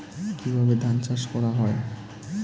কিভাবে ধান চাষ করা হয়?